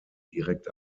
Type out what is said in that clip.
direkt